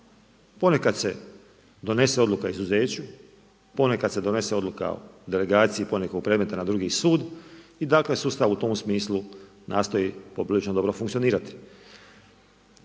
Ponekad se donese odluka o izuzeću, ponekad se donese odluka o delegaciji ponekog predmeta na drugi sud i dakle sustav u tom smislu nastoji poprilično dobro funkcionirati.